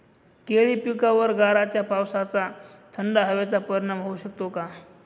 केळी पिकावर गाराच्या पावसाचा, थंड हवेचा परिणाम होऊ शकतो का?